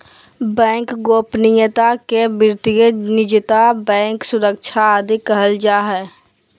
bank गोपनीयता के वित्तीय निजता, बैंक सुरक्षा आदि कहल जा हइ